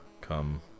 come